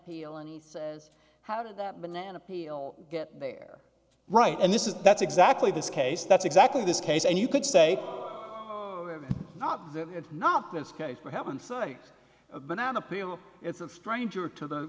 peel and he says how did that banana peel get there right and this is that's exactly this case that's exactly this case and you could say not that it's not this case for heaven's sakes a banana peel it's a stranger to the